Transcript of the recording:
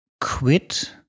quit